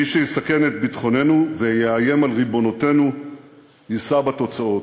מי שיסכן את ביטחוננו ויאיים על ריבונותנו יישא בתוצאות.